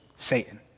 Satan